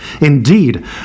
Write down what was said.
Indeed